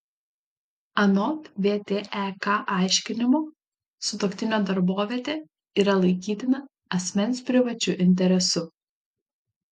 anot vtek aiškinimo sutuoktinio darbovietė yra laikytina asmens privačiu interesu